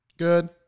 Good